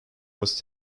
was